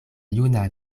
juna